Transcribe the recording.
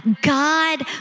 God